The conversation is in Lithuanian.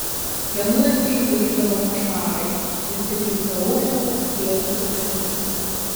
vienu laiku jį kankindavo košmarai ir tik kai praaušdavo galėdavo užmigti